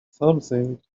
something